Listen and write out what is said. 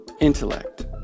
intellect